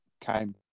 came